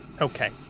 Okay